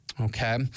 Okay